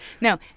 No